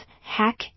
Hack